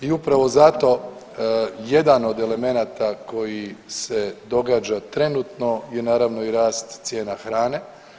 I upravo zato jedan od elemenat koji se događa trenutno je naravno i rast cijena hrane.